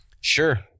Sure